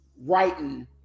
writing